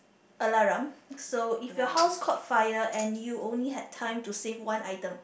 alarum so if your house caught fire and you only had time to save one item